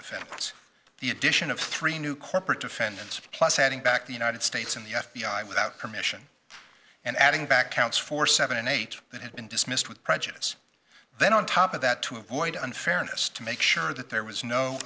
defense the addition of three new corporate defendants plus adding back the united states in the f b i without permission and adding back counts for seven eight that had been dismissed with prejudice then on top of that to avoid unfairness to make sure that there was no